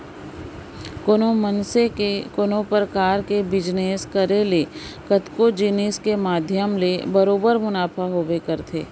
कोनो मनसे के कोनो परकार के बिजनेस करे ले कतको जिनिस के माध्यम ले बरोबर मुनाफा होबे करथे